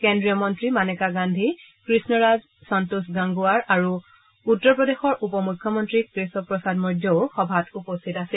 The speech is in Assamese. কেন্দ্ৰীয় মন্ত্ৰী মানেকা গান্ধী কৃষঃৰাজ সন্তোষ গাংগোৱাৰ আৰু উত্তৰ প্ৰদেশ উপ মুখ্যমন্ত্ৰী কেশৱ প্ৰসাদ মৌৰ্যও সভাত উপস্থিত আছিল